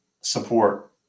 support